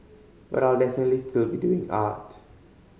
but I'll definitely still be doing art